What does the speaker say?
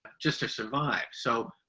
just to survive. so,